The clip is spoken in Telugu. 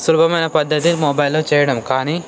సులభమైన పద్ధతి మొబైల్లో చేయడం కానీ